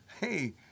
Hey